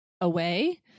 away